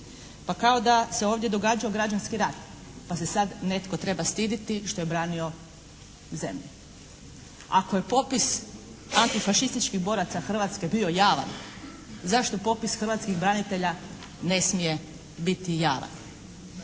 Pa kao da se ovdje događao građanski rat pa se sad netko treba stidjeti što je branio zemlju. Ako je popis antifašističkih boraca Hrvatske bio javan, zašto popis hrvatskih branitelja ne smije biti javan.